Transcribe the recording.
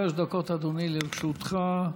שלוש דקות, אדוני, לרשותך.